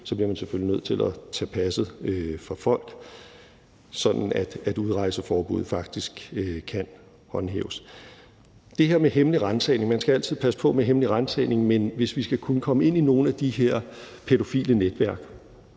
effektuere det selvfølgelig bliver nødt til at tage passet fra folk, sådan at udrejseforbuddet faktisk kan håndhæves. I forhold til det her med hemmelige ransagninger vil jeg sige: Man skal altid passe på med hemmelige ransagninger, men hvis vi skal kunne komme ind i nogle af de her pædofile netværk,